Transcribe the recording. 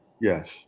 yes